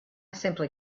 simply